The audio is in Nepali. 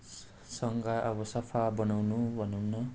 सँघार अब सफा बनाउनु भनौँ न